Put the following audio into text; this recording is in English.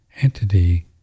entity